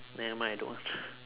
nevermind I don't want